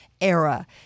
era